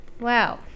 Wow